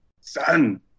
Son